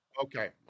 Okay